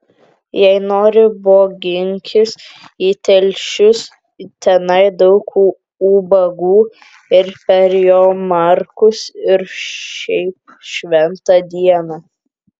jei nori boginkis į telšius tenai daug ubagų ir per jomarkus ir šiaip šventą dieną